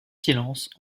silence